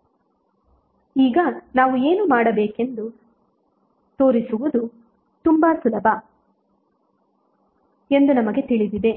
ಸಮನಾಗಿವೆ ಈಗ ನಾವು ಏನು ಮಾಡಬೇಕೆಂದು ಎಂದು ತೋರಿಸುವುದು ತುಂಬಾ ಸುಲಭ ಎಂದು ನಮಗೆ ತಿಳಿದಿದೆ